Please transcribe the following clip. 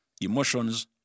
emotions